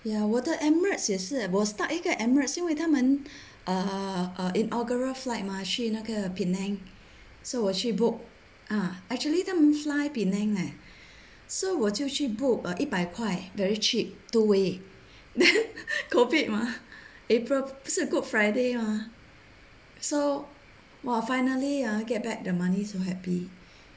ya 我的 emirates 也是我 stuck 一个 emirates 因为他们 uh uh inaugural flight mah 去那个 penang so 我去 book ah actually 他们 fly penang leh so 我就去 book 一百块 very cheap two way then COVID mah april 不是 good friday mah so !wah! finally I get back the money so happy